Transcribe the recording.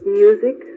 music